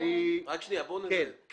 כן.